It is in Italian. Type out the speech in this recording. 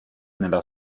nella